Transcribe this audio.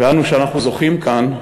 עוד מעט, עוד קצת, /